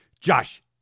Josh